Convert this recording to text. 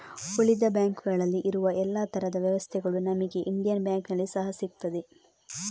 ಉಳಿದ ಬ್ಯಾಂಕುಗಳಲ್ಲಿ ಇರುವ ಎಲ್ಲಾ ತರದ ವ್ಯವಸ್ಥೆಗಳು ನಮಿಗೆ ಇಂಡಿಯನ್ ಬ್ಯಾಂಕಿನಲ್ಲಿ ಸಹಾ ಸಿಗ್ತದೆ